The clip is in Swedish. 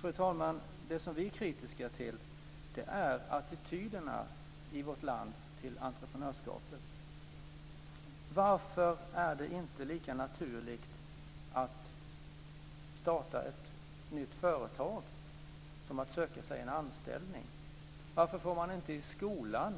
Fru talman! Det som vi är kritiska till är attityderna i vårt land till entreprenörskap. Varför är det inte lika naturligt att starta ett nytt företag som att söka sig en anställning? Varför får man inte i skolan